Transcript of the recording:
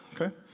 Okay